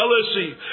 jealousy